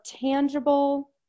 tangible